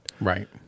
Right